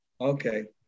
Okay